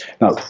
Now